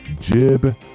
Jib